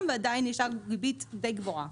שדיברנו עליהם עדיין נשארת ריבית דיי גבוהה.